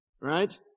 right